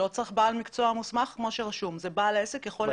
לא צריך בעל מקצוע מוסמך כמו שרשום ובעל העסק יכול לעשות בעצמו.